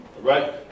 Right